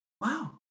wow